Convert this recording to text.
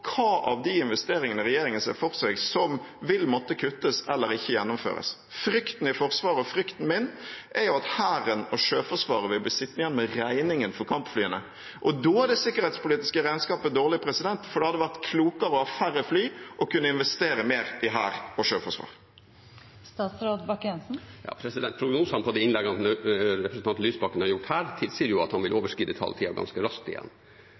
av disse investeringene regjeringen ser for seg vil måtte kuttes eller ikke gjennomføres. Frykten i Forsvaret og frykten min er at Hæren og Sjøforsvaret vil bli sittende igjen med regningen for kampflyene, og da er det sikkerhetspolitiske regnskapet dårlig, for det hadde vært klokere å ha færre fly og å kunne investere mer i hær og sjøforsvar. Prognosene på de innleggene som representanten Lysbakken har holdt her, tilsier jo at han ganske raskt vil